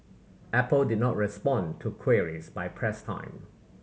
apple did not respond to queries by press time